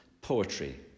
poetry